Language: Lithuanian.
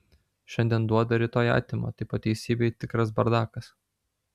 šiandien duoda rytoj atima tai po teisybei tikras bardakas